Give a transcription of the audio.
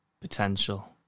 potential